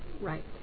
Right